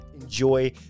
enjoy